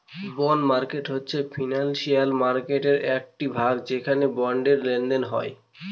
bond market হচ্ছে financial মার্কেটের একটি ভাগ যেখানে বন্ডের লেনদেন হয়